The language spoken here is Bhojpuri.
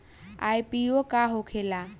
आई.पी.ओ का होखेला?